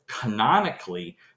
canonically